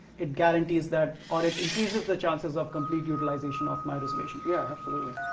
it guarantees that, or it increases the chances of complete utilization of my reservation. yeah, absolutely.